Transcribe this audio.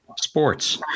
sports